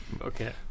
okay